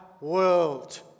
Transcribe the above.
world